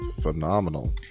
phenomenal